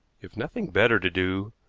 if nothing better to do,